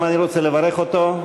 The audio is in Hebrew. גם אני רוצה לברך אותו,